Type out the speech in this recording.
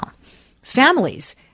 Families